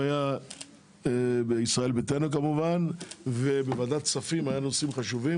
הוא היה בישראל ביתנו כמובן ובוועדת כספים היו דברים חשובים,